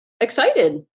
excited